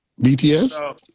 BTS